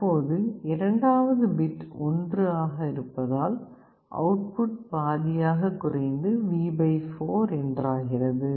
தற்போது இரண்டாவது பிட் 1 ஆக இருப்பதால் அவுட்புட் பாதியாக குறைந்து V 4 என்றாகிறது